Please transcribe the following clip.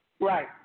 Right